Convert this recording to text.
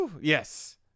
Yes